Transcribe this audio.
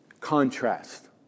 contrast